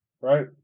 right